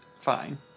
fine